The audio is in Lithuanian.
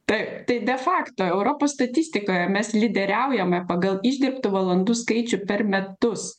taip tai de faktą europos statistikoje mes lyderiaujame pagal išdirbtų valandų skaičių per metus